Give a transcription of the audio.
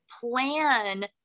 plan